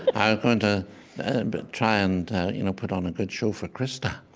i was going to and but try and you know put on a good show for krista